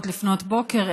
לפנות בוקר,